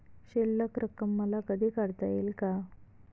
शिल्लक रक्कम मला कधी काढता येईल का?